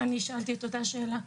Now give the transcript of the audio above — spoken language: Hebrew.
אני שאלתי את אותה השאלה.